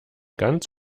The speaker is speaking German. ganz